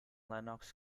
lennox